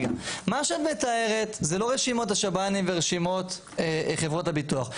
מה שאת מתארת זה לא רשימות לשב"נים וחברות הביטוח,